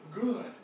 good